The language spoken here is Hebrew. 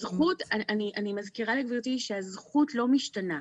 אני מזכירה לגברתי שהזכות לא משתנה.